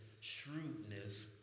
shrewdness